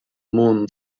moon